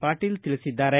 ಪಾಟೀಲ ತಿಳಿಸಿದ್ದಾರೆ